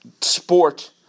sport